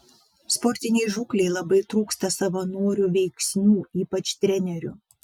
sportinei žūklei labai trūksta savanorių veiksnių ypač trenerių